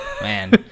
Man